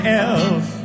else